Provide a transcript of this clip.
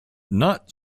not